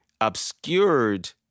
obscured